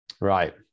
Right